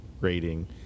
rating